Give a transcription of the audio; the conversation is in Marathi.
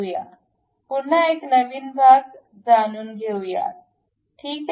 तर पुन्हा एक नवीन भाग जाणून घेऊया ठीक आहे